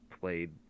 played